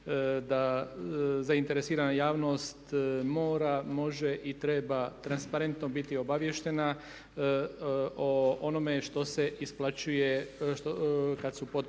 da zainteresirana javnost mora, može i treba transparentno biti obaviještena o onome što se isplaćuje kada su potpore